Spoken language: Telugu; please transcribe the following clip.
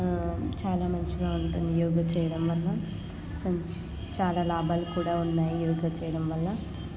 చాలా మంచిగా ఉంటుంది యోగ చేయడం వల్ల మంచి చాలా లాభాలు కూడా ఉన్నాయి యోగా చేయడం వల్ల